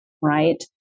right